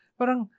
parang